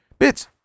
Bitch